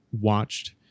watched